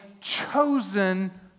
chosen